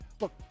Look